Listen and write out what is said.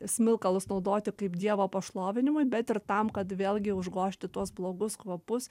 smilkalus naudoti kaip dievo pašlovinimui bet ir tam kad vėlgi užgožti tuos blogus kvapus